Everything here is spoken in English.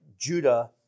Judah